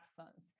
absence